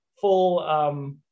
Full